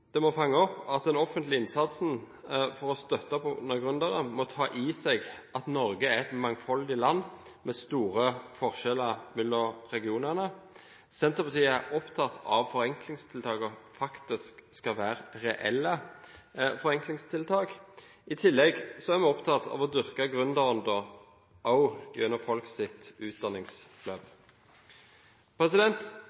Skattesystemet må fange opp at personlig eierskap innebærer større risiko og ansvar for den enkelte. Den offentlige innsatsen for å støtte opp under gründere må ta opp i seg at Norge er et mangfoldig land med store forskjeller mellom regionene. Senterpartiet er opptatt av at forenklingstiltakene faktisk skal være reelle. I tillegg er vi opptatt av å dyrke gründerånden, også gjennom folks utdanningsløp.